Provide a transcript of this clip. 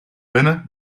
binnen